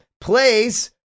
Plays